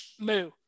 Moo